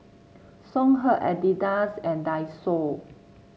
Songhe Adidas and Daiso